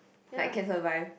like can survive